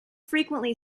frequently